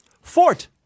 Fort